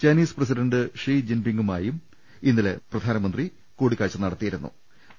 Chinese president Xi ജിൻ പിങ്ങുമായി ഇന്നലെ പ്രധാനമന്ത്രി കൂടിക്കാഴ്ച നടത്തിയിരു ന്നു